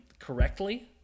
correctly